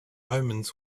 omens